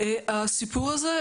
הסיפור הזה,